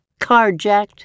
carjacked